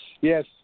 Yes